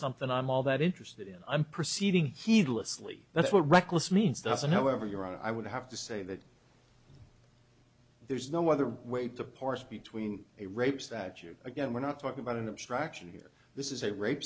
something i'm all that interested in i'm proceeding heedlessly that's what reckless means doesn't however you're i would have to say that there's no other way to parse between a rapes that you again we're not talking about an abstraction here this is a rape